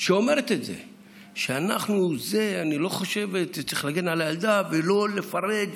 שאומרת שצריך להגן על הילדה ולא לפרט,